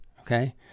Okay